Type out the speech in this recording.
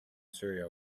syria